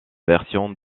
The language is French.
version